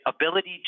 ability